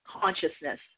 consciousness